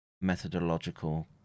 methodological